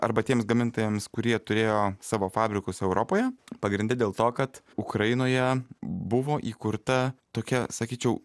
arba tiems gamintojams kurie turėjo savo fabrikus europoje pagrinde dėl to kad ukrainoje buvo įkurta tokia sakyčiau